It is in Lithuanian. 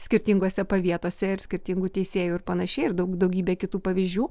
skirtingose pavietose ir skirtingų teisėjų ar panašiai ir daug daugybė kitų pavyzdžių